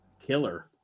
killer